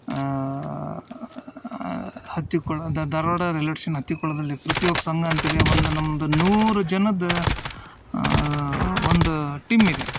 ಹಾಂ Hattikula Dharwad railway station ಹತ್ತಿಕುಳದಲ್ಲಿ ಪೃಥ್ವಿ ಯುವಕ ಸಂಘ ಅಂತಿದೆ ಒಂದು ನಮ್ದು ನೂರು ಜನದ ಒಂದು ಟಿಮ್ ಇದೆ